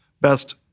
best